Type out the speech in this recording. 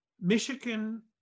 Michigan